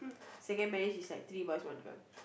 second marriage is like three boys one girl